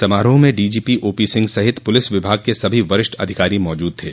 समारोह में डीजीपी ओपीसिंह सहित पुलिस विभाग के सभी वरिष्ठ अधिकारी माजूद थे